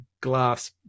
glass